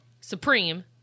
Supreme